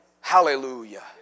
Hallelujah